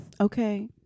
Okay